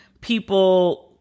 People